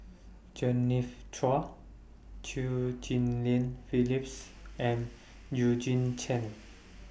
Jenny's Chua Chew Ghim Lian Phyllis and Eugene Chen